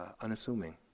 unassuming